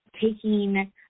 taking